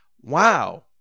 wow